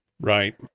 right